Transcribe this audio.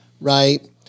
right